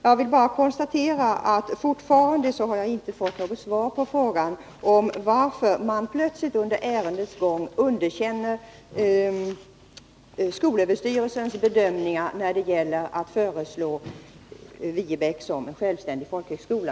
Jag konstaterar vidare att jag fortfarande inte har fått svar på frågan varför man plötsligt under ärendets gång underkänner skolöverstyrelsens bedömning att Viebäcksskolan bör bli självständig folkhögskola.